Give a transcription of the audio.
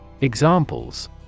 Examples